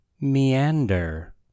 meander